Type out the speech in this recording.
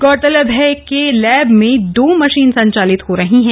गौरतलब है कि लैब में दो मशीन संचालित हो रही है